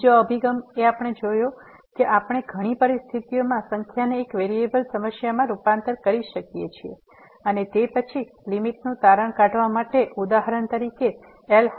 બીજો અભિગમ જે આપણે જોયું છે કે આપણે ઘણી પરિસ્થિતિમાં સંખ્યાને એક વેરીએબલ સમસ્યામાં રૂપાંતરિત કરી શકીએ છીએ અને તે પછીલીમીટનું તારણ કાઢવા માટે ઉદાહરણ તરીકે એલ